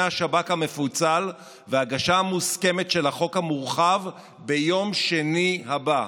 השב"כ המפוצל והגשה מוסכמת של החוק המורחב ביום שני הבא.